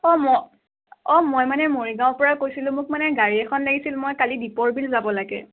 অ' ম অ' মই মানে মৰিগাঁওৰ পৰা কৈছিলোঁ মোক মানে গাড়ী এখন লাগিছিল মই কালি দীপৰ বিল যাব লাগে